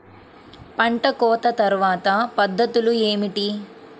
పంట కోత తర్వాత పద్ధతులు ఏమిటి?